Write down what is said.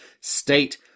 state